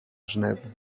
genève